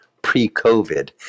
pre-covid